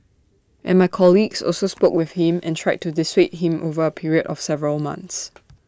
and my colleagues also spoke with him and tried to dissuade him over A period of several months